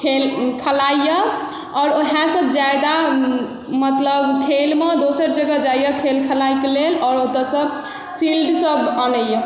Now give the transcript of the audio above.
खेल खेलाइ यऽ आओर ओहे सभ जादा मतलब खेलमे दोसर जगह जाइए खेल खेलाकऽ लेल आओर ओतऽसँ शिल्ड सभ आनैए